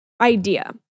idea